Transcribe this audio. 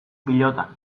pilotan